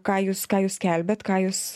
ką jūs ką jūs skelbiat ką jūs